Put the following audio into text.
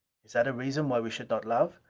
is that reason why we should not love?